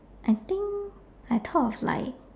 I think I thought of like